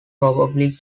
probably